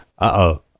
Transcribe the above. Uh-oh